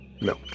No